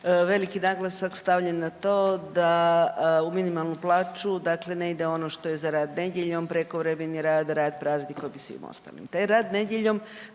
veliki naglasak stavljen na to da u minimalnu plaće dakle ne ide ono što je za rad nedjeljom, prekovremeni rad, rad praznikom i svim ostalim.